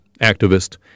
activist